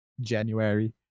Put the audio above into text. January